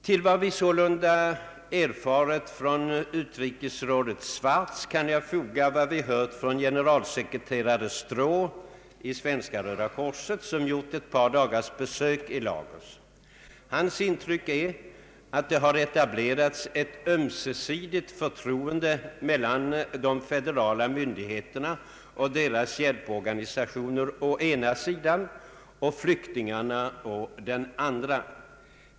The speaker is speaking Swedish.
Till vad vi sålunda erfarit från utrikesrådet Swartz kan jag foga vad vi hört från generalsekreterare Stroh i Svenska röda korset, som gjort ett par dagars be sök i Lagos. Hans intryck är att det har etablerats ett ömsesidigt förtroende mellan de federala myndigheterna och deras hjälporganisationer å ena sidan och flyktingarna å den andra.